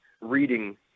reading